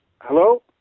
Hello